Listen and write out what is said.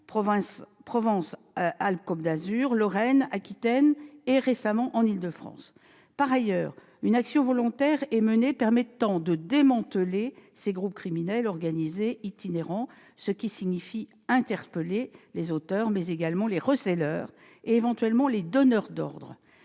Provence-Alpes-Côte d'Azur, de Lorraine, d'Aquitaine et, récemment, d'Île-de-France. Par ailleurs, une action volontaire est menée permettant de démanteler ces groupes criminels organisés itinérants, ce qui signifie interpeller les auteurs, mais également les receleurs et éventuellement les donneurs d'ordre.